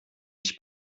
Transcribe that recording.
ich